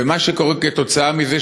ומה שקורה כתוצאה מזה,